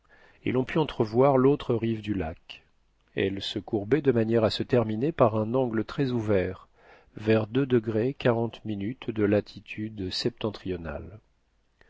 et l'on put entrevoir l'autre rive du lac elle se courbait de manière à se terminer par un angle très ouvert vers de latitude septentrionale